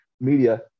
media